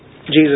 Jesus